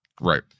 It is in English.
Right